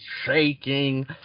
shaking